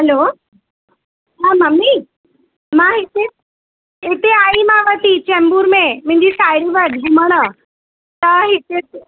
hello हा mummy मां हिते हिते आईमाव थी चैंबूर में मुंहिंजी साहेड़ी वटि घुमण त हिते